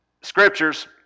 scriptures